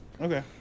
okay